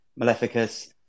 Maleficus